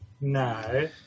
No